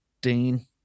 Dean